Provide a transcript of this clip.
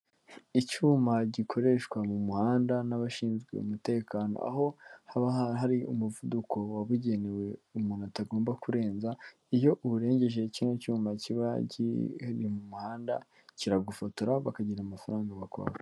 Icyuma gikoreshwa mu muhanda n'abashinzwe umutekano aho haba hari umuvuduko wabugenewe umuntu atagomba kurenza iyo uwurengeje kino cyuma kiba kiri mu muhanda kiragufotora bakagira amafaranga bakwaka.